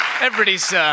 Everybody's